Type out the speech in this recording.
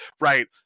right